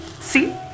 See